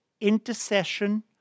intercession